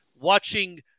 watching